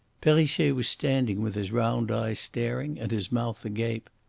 perrichet was standing with his round eyes staring and his mouth agape.